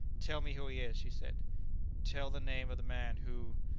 tell me who he is! she said tell the name of the man who.